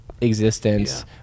existence